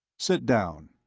sit down.